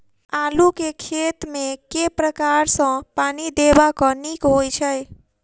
आलु केँ खेत मे केँ प्रकार सँ पानि देबाक नीक होइ छै?